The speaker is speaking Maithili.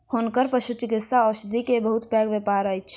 हुनकर पशुचिकित्सा औषधि के बहुत पैघ व्यापार अछि